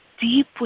deep